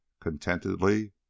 contentedly